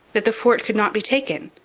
that the fort could not be taken,